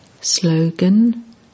Slogan